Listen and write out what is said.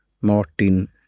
Martin